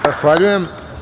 Zahvaljujem.